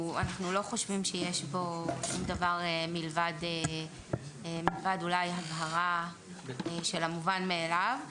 אנחנו לא חושבים שיש בו דבר מלבד אולי הבהרה של המובן מאליו.